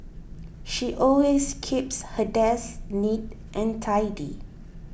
she always keeps her desk neat and tidy